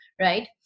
right